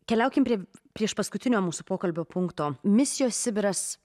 keliaukim prie priešpaskutinio mūsų pokalbio punkto misijos sibiras